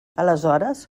aleshores